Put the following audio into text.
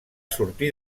sortir